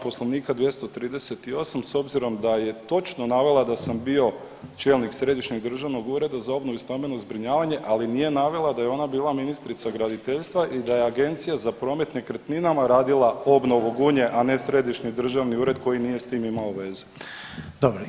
Poslovnika 238 s obzirom da je točno navela da sam bio čelnik Središnjeg državnog ureda za obnovu i stambeno zbrinjavanje, ali nije navela da je ona bila ministrica graditeljstva i da je Agencija za promet nekretninama radila obnovu Gunje, a ne Središnji državni ured koji nije s tim imao veze.